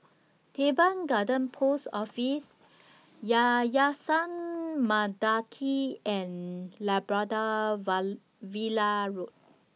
Teban Garden Post Office Yayasan Mendaki and Labrador Villa Road